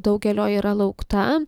daugelio yra laukta